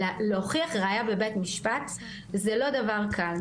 שלהוכיח ראייה בבית משפט זה לא דבר קל,